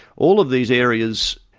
all of these areas,